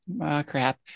crap